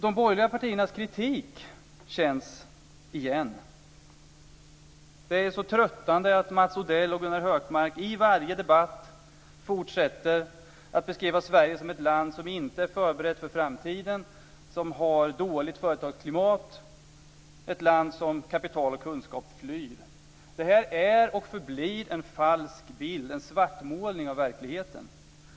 De borgerliga partiernas kritik känns igen. Det är så tröttande att Mats Odell och Gunnar Hökmark i varje debatt fortsätter att beskriva Sverige som ett land som inte är förberett för framtiden, som har dåligt företagsklimat, som är ett land som kapital och kunskap flyr. Detta är och förblir en falsk bild, en svartmålning av verkligheten.